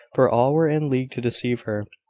for all were in league to deceive her.